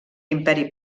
imperi